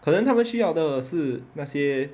可能他们需要的是那些